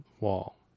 wall